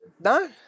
No